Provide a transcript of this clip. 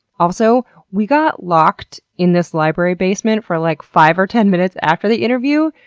also, we got locked in this library basement for like five or ten minutes after the interview,